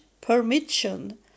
permission